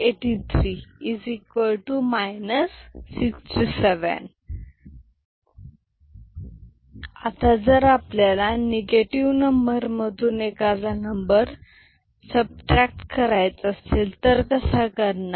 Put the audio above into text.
16 83 6 आता जर आपल्याला निगेटिव नंबर मधून एखादा नंबर सबट्रॅक करायचा असेल तर कसा करणार